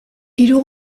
hiru